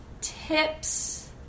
tips